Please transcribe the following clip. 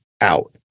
out